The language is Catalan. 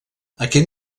aquest